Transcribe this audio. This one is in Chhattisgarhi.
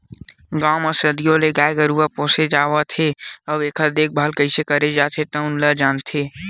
गाँव म सदियों ले गाय गरूवा पोसे जावत हे अउ एखर देखभाल कइसे करे जाथे तउन ल जानथे